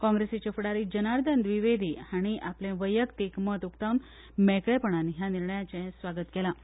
काँग्रेसीचे फुडारी जर्नादन द्विवेदी हांणी आपले वयक्तीक मत उकतावन मेकळेपणान ह्या निर्णयाचें स्वागत केलां